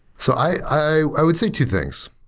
so i would say two things.